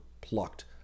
plucked